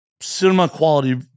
cinema-quality